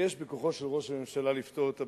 יש בכוחו של ראש הממשלה לפתור את הבעיה,